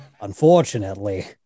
unfortunately